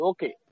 Okay